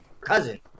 cousin